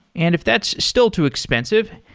and if that's still too expensive,